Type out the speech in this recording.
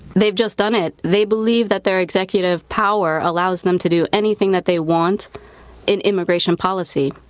they've just done it. they believe that their executive power allows them to do anything that they want in immigration policy.